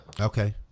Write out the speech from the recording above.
Okay